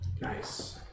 Nice